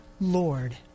Lord